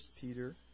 Peter